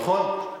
נכון?